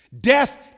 Death